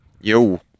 Yo